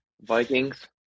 Vikings